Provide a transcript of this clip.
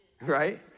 Right